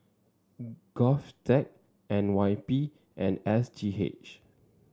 Govtech N Y P and S G H